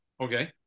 Okay